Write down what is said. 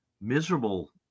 miserable